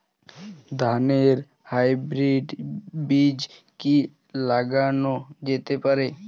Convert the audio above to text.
ধানের হাইব্রীড বীজ কি লাগানো যেতে পারে?